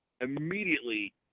immediately